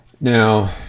Now